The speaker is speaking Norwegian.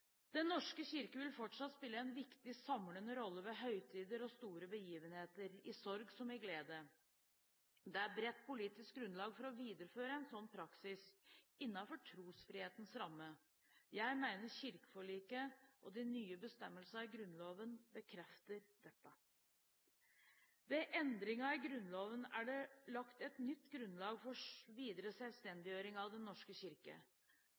Den norske kirke vil fortsatt spille en viktig, samlende rolle ved høytider og store begivenheter, i sorg som i glede. Det er bredt politisk grunnlag for å videreføre en slik praksis innenfor trosfrihetens ramme. Jeg mener kirkeforliket og de nye bestemmelsene i Grunnloven bekrefter dette. Ved endringene i Grunnloven er det lagt et nytt grunnlag for videre selvstendiggjøring av Den norske kirke.